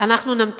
תסכימו להמתין,